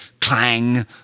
clang